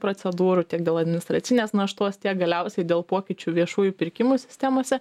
procedūrų tiek dėl administracinės naštos tiek galiausiai dėl pokyčių viešųjų pirkimų sistemose